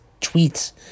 tweets